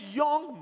young